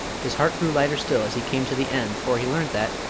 his heart grew lighter still as he came to the end, for he learnt that,